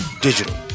Digital